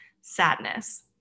sadness